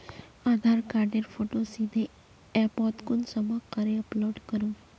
आधार कार्डेर फोटो सीधे ऐपोत कुंसम करे अपलोड करूम?